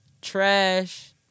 trash